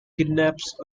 kidnaps